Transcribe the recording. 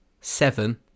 Seven